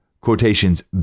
quotations